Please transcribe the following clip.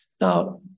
Now